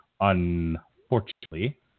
unfortunately